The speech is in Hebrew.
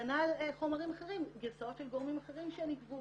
כנ"ל חומרים אחרים, גרסאות של גורמים אחרים שנידבו